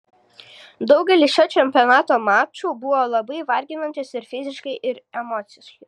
daugelis šio čempionato mačų buvo labai varginantys ir fiziškai ir emociškai